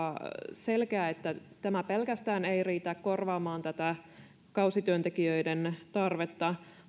selkeää että pelkästään tämä ei riitä korvaamaan tätä kausityöntekijöiden tarvetta